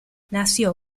nació